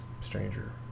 stranger